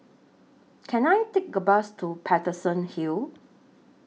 Can I Take A Bus to Paterson Hill